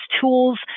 tools